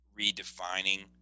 redefining